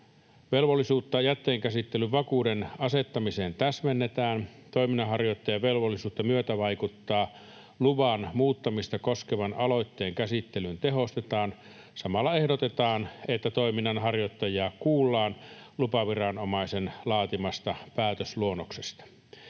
Velvollisuutta jätteenkäsittelyvakuuden asettamiseen täsmennetään, ja toiminnanharjoittajan velvollisuutta myötävaikuttaa luvan muuttamista koskevan aloitteen käsittelyyn tehostetaan. Samalla ehdotetaan, että toiminnanharjoittajaa kuullaan lupaviranomaisen laatimasta päätösluonnoksesta.